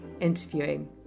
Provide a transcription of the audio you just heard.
interviewing